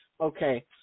Okay